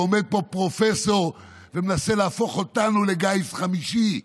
ועומד פה פרופסור ומנסה להפוך אותנו לגיס חמישי.